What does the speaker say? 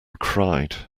cried